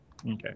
okay